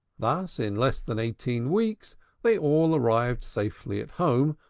thus in less than eighteen weeks they all arrived safely at home,